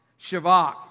shavak